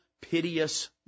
piteous